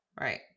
Right